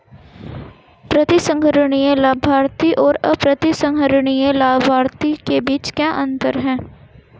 प्रतिसंहरणीय लाभार्थी और अप्रतिसंहरणीय लाभार्थी के बीच क्या अंतर है?